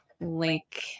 link